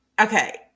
Okay